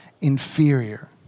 inferior